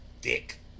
dick